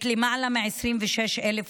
את למעלה מ-26,000 ההרוגים,